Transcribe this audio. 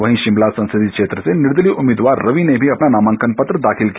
वहीं शिमला संसदीय क्षेत्र से निर्दलीय उम्मीदवार रवि ने भी अपना नामांकन पत्र दाखिल किया